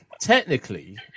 technically